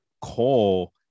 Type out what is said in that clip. call